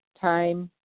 time